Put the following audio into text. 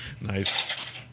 Nice